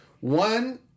One